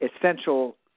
essential